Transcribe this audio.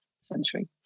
century